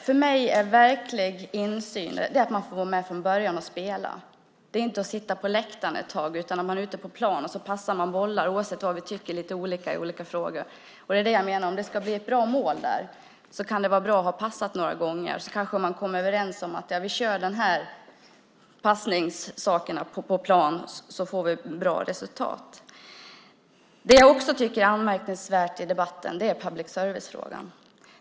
För mig är verklig insyn att man får vara med och spela från början. Det är inte att man får sitta på läktaren ett tag, utan man är ute på plan och passar bollar i olika frågor, oavsett vad man tycker. Om det ska bli ett bra mål kan det vara bra att ha passat några gånger. Då kanske man kommer överens om att passa på plan så att man få bra resultat. Jag tycker också att public service-frågan är anmärkningsvärd.